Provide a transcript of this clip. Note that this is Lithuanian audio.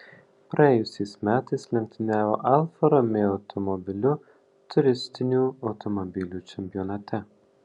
praėjusiais metais lenktyniavo alfa romeo automobiliu turistinių automobilių čempionate